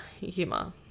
humor